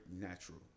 Natural